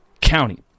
County